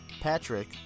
Patrick